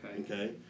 okay